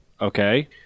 Okay